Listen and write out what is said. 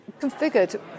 configured